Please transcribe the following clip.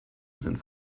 sind